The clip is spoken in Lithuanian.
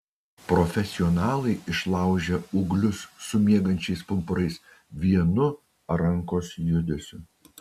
profesionalai išlaužia ūglius su miegančiais pumpurais vienu rankos judesiu